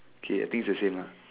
kay I think it's the same lah